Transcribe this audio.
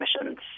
emissions